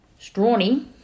Strawny